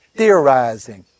Theorizing